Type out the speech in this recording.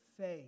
faith